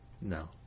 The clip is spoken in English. No